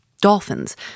dolphins